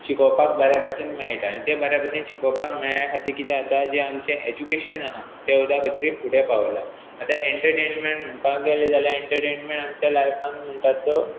शिकोवपाक बऱ्या बशेन मेळटा आनी ते बऱ्या भशेन शिकोवपाक मेळ्ळ्या खातीर कितें जाता जें आमचें एज्युकेशन आसा तें सुद्दां खंय तरी फुडें पावलां आतां एनटरटेनमेंट म्हणपाक गेलें जाल्यार एनटरटेनमेंट आमच्या लायफान म्हणटा तो